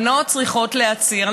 בנות צריכות להצהיר.